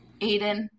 Aiden